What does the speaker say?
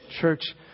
Church